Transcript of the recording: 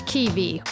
Kiwi